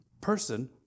person